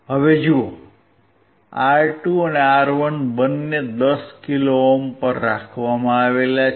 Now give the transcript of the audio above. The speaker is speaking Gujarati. હવે જુઓ R2 અને R1 બંને 10 કિલો ઓહ્મ પર રાખવામાં આવ્યા છે